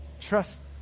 trust